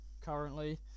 currently